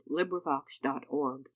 librivox.org